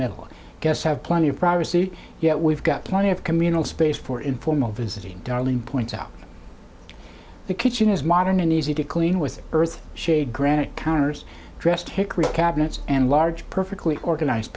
middle i guess have plenty of privacy yet we've got plenty of communal space for informal visiting darling points out the kitchen is modern and easy to clean with earth shade granite counters dressed hickory cabinets and large perfectly organize